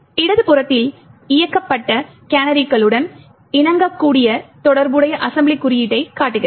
இடதுபுறத்தில் இயக்கப்பட்ட கேனரிகளுடன் இணங்கக்கூடிய தொடர்புடைய அசெம்பிளி குறியீட்டைக் காட்டுகிறது